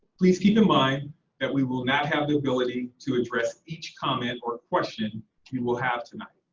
please keep in mind that we will not have the ability to address each comment or question you will have tonight.